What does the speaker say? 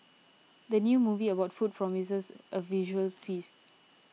the new movie about food promises a visual feast